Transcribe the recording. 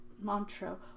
mantra